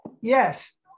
Yes